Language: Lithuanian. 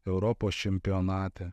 europos čempionate